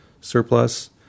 surplus